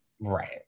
Right